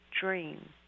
dream